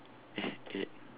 eight eight